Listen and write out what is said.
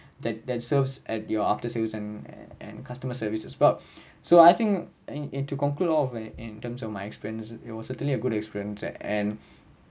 that that serves at your after sales and and customer service as well so I think in into conclude all of it in terms of my experience it was certainly a good experience and